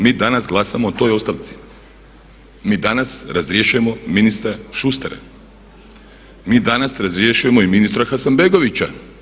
Mi danas glasamo o toj ostavci, mi danas razrješujemo ministra Šustera, mi danas razrješujemo i ministra Hasanbegovića.